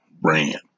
brand